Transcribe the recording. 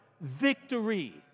Victory